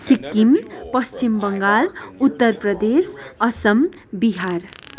Sikkim Paschim Bengal Uttar Pradesh Assam Bihar